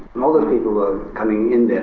most of the people were coming in